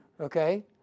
okay